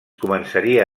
començaria